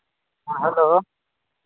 hello